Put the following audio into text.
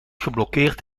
geblokkeerd